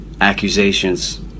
Accusations